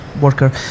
worker